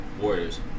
Warriors